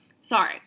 Sorry